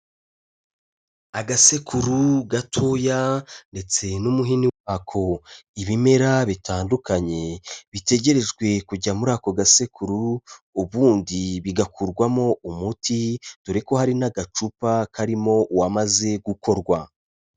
Agasekuru gatoya ndetse n'umuhini wako, ibimera bitandukanye bitegerejwe kujya muri ako gasekuru, ubundi bigakurwamo uwo umuti, dore ko hari n'agacupa karimo uwamaze gukorwa.